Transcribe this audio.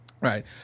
Right